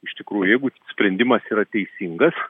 iš tikrųjų jeigu sprendimas yra teisingas